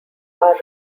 are